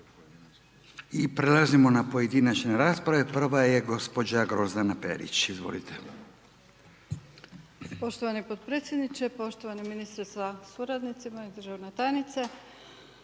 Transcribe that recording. I prelazimo na pojedinačne rasprave. Prva je gospođa Grozdana Perić. **Perić,